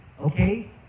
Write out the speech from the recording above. okay